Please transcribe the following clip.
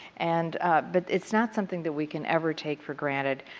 and but it's not something that we can ever take for granted.